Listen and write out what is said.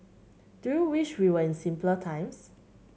do you wish we were in simpler times